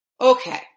okay